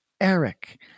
Eric